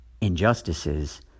injustices